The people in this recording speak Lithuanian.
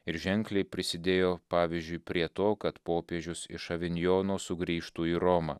ir ženkliai prisidėjo pavyzdžiui prie to kad popiežius iš avinjono sugrįžtų į romą